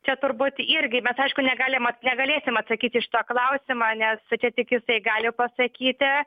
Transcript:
čia turbūt irgi mes aišku negalim negalėsim atsakyti į šitą klausimą nes ča tik jisai gali pasakyti